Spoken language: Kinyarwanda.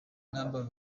n’aba